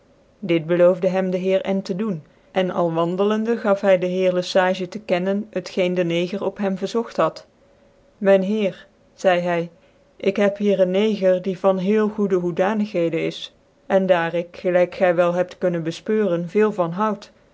dit beloofde hem dc heer n tc doen en al wandelende gaf hy de heer le sage tc kennen t geen dc neger op hem verzogt had myn heer zcidc hy ik heb hier een neger die van hcclc goede hoedanigheden is cn daar ik gclyk gy wel heb kunnen befpeuren veel van houde